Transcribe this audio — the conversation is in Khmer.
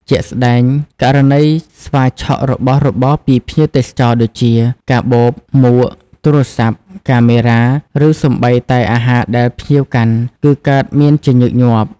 ជាក់ស្ដែង ករណីស្វាឆក់របស់របរពីភ្ញៀវទេសចរដូចជា កាបូប មួក ទូរសព្ទ កាមេរ៉ា ឬសូម្បីតែអាហារដែលភ្ញៀវកាន់ គឺកើតមានជាញឹកញាប់។